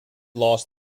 lost